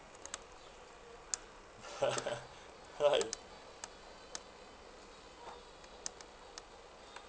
right